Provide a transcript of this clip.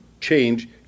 change